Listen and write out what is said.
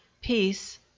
peace